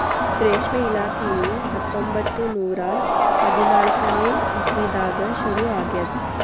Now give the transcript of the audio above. ರೇಷ್ಮೆ ಇಲಾಖೆಯು ಹತ್ತೊಂಬತ್ತು ನೂರಾ ಹದಿನಾಲ್ಕನೇ ಇಸ್ವಿದಾಗ ಶುರು ಆಗ್ಯದ್